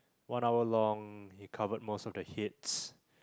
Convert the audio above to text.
one hour long he covered most of the hits